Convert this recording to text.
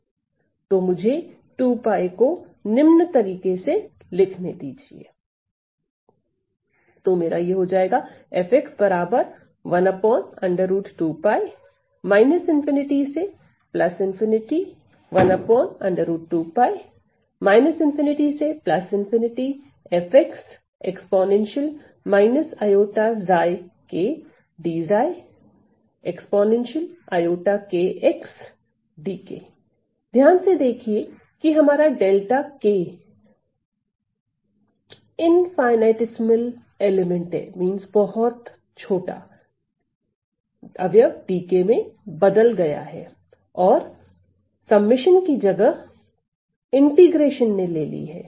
तो मुझे 2 𝛑 को निम्न तरीके से लिखने दीजिए ध्यान से देखिए कि हमारा डेल्टा k 𝜹k अत्यणु अवयव dk में बदल गया है और संकलन की जगह समाकल ने ले ली है